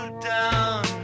down